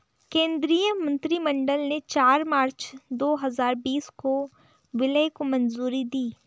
केंद्रीय मंत्रिमंडल ने चार मार्च दो हजार बीस को विलय को मंजूरी दी